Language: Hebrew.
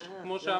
כמו שאמרנו,